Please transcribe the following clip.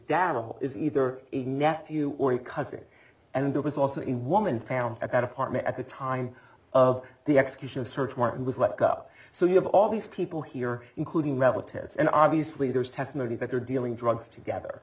data is either a nephew or a cousin and there was also in one found at that apartment at the time of the execution a search martin was let go so you have all these people here including relatives and obviously there's testimony that they're dealing drugs together